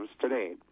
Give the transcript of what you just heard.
today